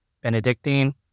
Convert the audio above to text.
Benedictine